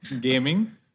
Gaming